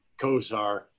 Kosar